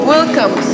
Welcome